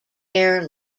air